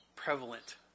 Prevalent